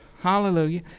hallelujah